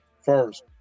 first